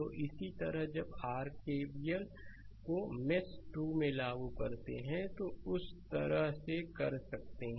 तो इसी तरह जब r k KVL को मेश 2 में लागू करते हैं तो उसी तरह से कर सकते हैं